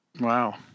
Wow